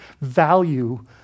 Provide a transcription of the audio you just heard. value